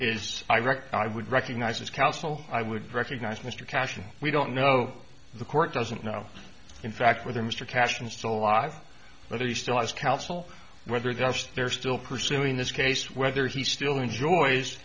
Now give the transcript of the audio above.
is i reckon i would recognize his counsel i would recognize mr cash and we don't know the court doesn't know in fact whether mr cashman still alive whether he still has counsel whether that's there still pursuing this case whether he still enjoys